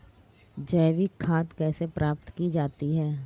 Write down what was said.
जैविक खाद कैसे प्राप्त की जाती है?